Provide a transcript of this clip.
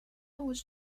was